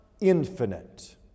infinite